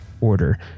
order